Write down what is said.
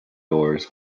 doors